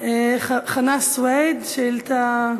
חנא סוייד, שאילתה: